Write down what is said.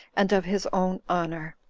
and of his own honor.